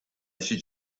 should